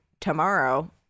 tomorrow